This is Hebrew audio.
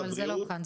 אבל זה לא כאן.